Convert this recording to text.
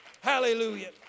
hallelujah